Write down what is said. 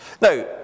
Now